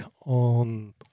on